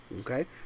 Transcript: okay